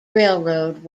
railroad